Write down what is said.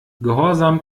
gehorsam